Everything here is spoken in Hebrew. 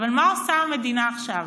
אבל מה עושה המדינה עכשיו?